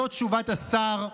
תשובת השר כדלהלן: